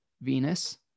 Venus